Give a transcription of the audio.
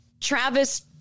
Travis